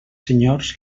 senyors